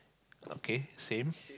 okay same